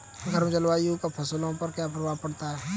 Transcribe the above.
गर्म जलवायु का फसलों पर क्या प्रभाव पड़ता है?